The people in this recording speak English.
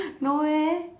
no eh